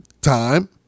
time